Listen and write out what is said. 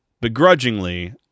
begrudgingly